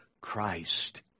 Christ